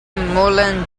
mullen